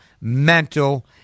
mental